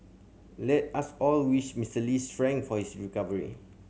let us all wish Mister Lee strength for his recovery